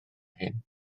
hyn